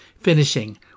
Finishing